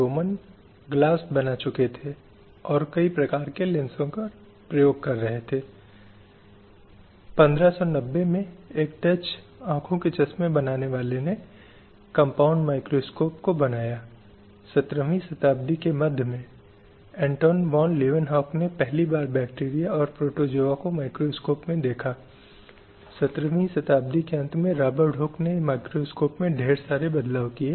अतः इसलिए संयुक्त राष्ट्र ने इस प्रक्रिया में एक महत्वपूर्ण भूमिका निभाई है और हम आने वाली स्लाइड्स में हम यह देखने की कोशिश करेंगे जो कि आप जानते हैं कि विभिन्न प्रकार की घोषणाएँ सम्मेलन जो उन्होंने स्थापित करने की कोशिश की है उन्होंने क्या कोशिश की है दायित्वों के लिए उन्होंने राज्यों पर थोपने की कोशिश की है